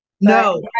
No